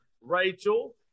Rachel